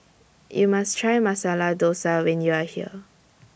YOU must Try Masala Dosa when YOU Are here